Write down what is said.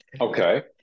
Okay